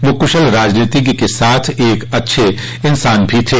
वह कुशल राजनीति के साथ एक अच्छे इंसान भी थे